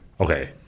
okay